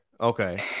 okay